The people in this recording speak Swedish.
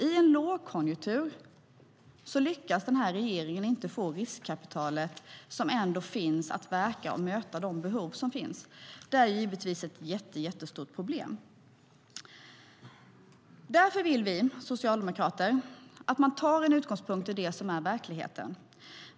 I en lågkonjunktur lyckas regeringen inte få riskkapitalet som ändå finns att verka och möta de behov som finns. Det är givetvis ett jättestort problem. Därför vill vi socialdemokrater att man tar utgångspunkt i det som är verkligheten.